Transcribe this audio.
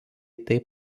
taip